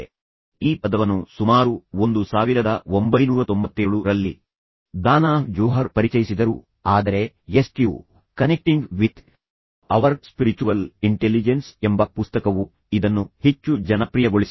ಈಗ ಈ ಪದವನ್ನು ಸುಮಾರು 1997 ರಲ್ಲಿ ದಾನಾಹ್ ಜೋಹರ್ ಪರಿಚಯಿಸಿದರು ಆದರೆ SQ connecting with our spiritual intelligence ಎಂಬ ಪುಸ್ತಕವು ಇದನ್ನು ಹೆಚ್ಚು ಜನಪ್ರಿಯಗೊಳಿಸಿದೆ